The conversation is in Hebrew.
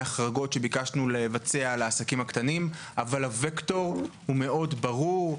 החרגות שביקשנו לבצע לעסקים הקטנים אבל הווקטור הוא מאוד ברור.